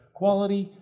quality,